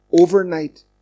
overnight